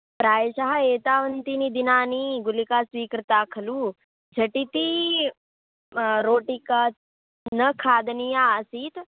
प्रायशः एतावन्तीनि दिनानि गुलिका स्वीकृता खलु झटिति रोटिका न खादनीया आसीत्